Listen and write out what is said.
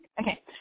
Okay